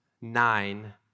nine